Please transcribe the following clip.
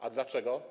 A dlaczego?